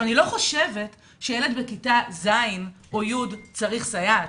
אני לא חושבת שילד בכיתה ז' או י' צריך סייעת,